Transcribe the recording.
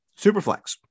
Superflex